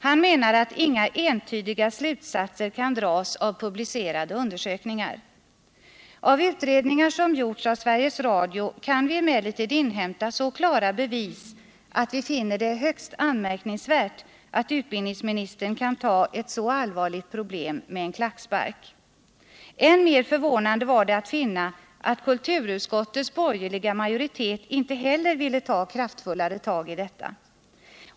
Han menar att inga entydiga slutsatser kan dras av publicerade undersökningar. Av utredningar som gjorts av Sveriges Radio kan vi emellertid inhämta så klara bevis, att vi finner det högst anmärkningsvärt att utbildningsministern kan ta ett så allvarligt problem med en klackspark. Än mer förvånande var det att finna, att kulturutskottets borgerliga majoritet inte heller ville ta kraftfullare tag i detta.